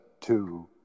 two